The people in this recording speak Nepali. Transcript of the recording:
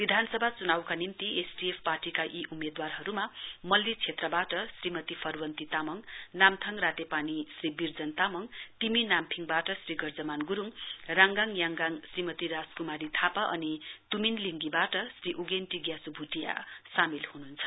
विधानसभा चुनाउका निम्ति एसडिएफ पार्टीका यी उम्मेदवारहरुमा मल्ली क्षेत्रवाट श्रीमती फरवन्ती तामाङ नाम्थाङ रातेपानी श्री बिर्जन तामाङ तिमी नाम्फिङ वाट श्री गर्जमान गुरुङ राङगाङ याङगाङ श्रीमती राजकुमारी थापा अनि तुमिन लिंगीवाट श्री उगेन टी ग्याछो भुटिया सामेल हुनुहुन्छ